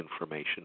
information